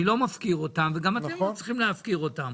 אני לא מפקיר אתם וגם אתם לא צריכים להפקיר אותם.